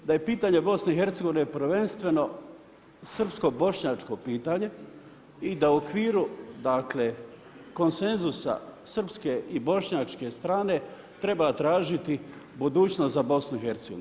Da je pitanje BIH prvenstveno srpsko bošnjačko pitanje i da u okviru dakle, konsenzusa srpske i bošnjačke strane treba tražiti budućnost za BIH.